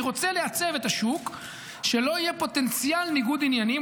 אני רוצה לעצב את השוק שלא יהיה פוטנציאל ניגוד עניינים,